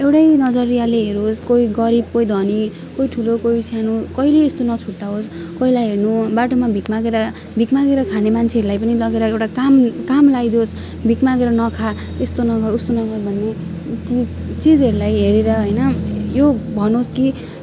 एउटै नजरियाले हेरोस् कोही गरिब कोही धनी कोही ठुलो कोही सानो कहिले यस्तो नछुट्ट्याओस् कोहीलाई भने बाटोमा भिख मागेर भिख मागेर खाने मान्छेहरूलाई पनि लगेर एउटा काम काम लगाइदियोस् भिख मागेर नखा यस्तो नगर् उस्तो नगर् भनी त्यो चिजहरूलाई हेरेर होइन यो भनोस् कि